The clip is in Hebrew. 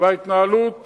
וההתנהלות